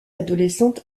adolescente